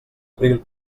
abril